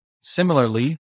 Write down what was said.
similarly